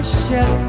shed